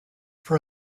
for